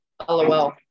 LOL